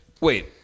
Wait